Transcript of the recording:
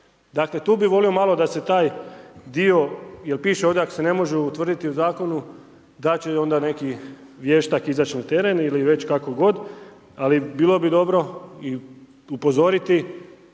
dakle tu bi volio malo da se taj dio, jer piše ovdje ako se ne može utvrditi u zakonu da će onda neki vještak izać na teren ili već kako god, ali bilo bi dobro upozoriti